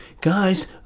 guys